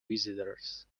visitors